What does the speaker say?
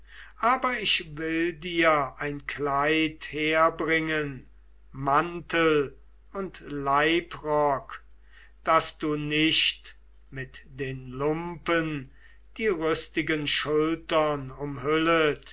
aber ich will dir ein kleid herbringen mantel und leibrock daß du nicht mit den lumpen die rüstigen schultern umhüllet